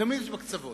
תמיד יש בקצוות.